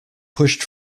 pushed